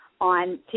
on